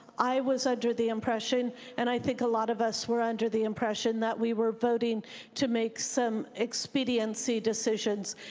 i was under the impression and i think a lot of us were under the impression that we were voting to make some expediency decisions,